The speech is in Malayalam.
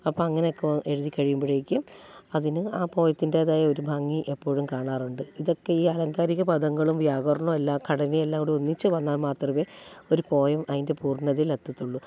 അപ്പോൾ അങ്ങനെയൊക്കെ എഴുതി കഴിയുമ്പോഴേക്കും അതിന് ആ പോയതിൻറ്റേതായൊരു ഭംഗി എപ്പോഴും കാണാറുണ്ട് ഇതൊക്കെ ഈ അലങ്കാരിക പദങ്ങളും വ്യാകരണവുമെല്ലാം ഘടനയെ എല്ലാംകൂടി ഒന്നിച്ചു വന്നാൽ മാത്രമേ ഒരു പോയം അതിൻ്റെ പൂർണ്ണതയിൽ എത്തത്തുള്ളൂ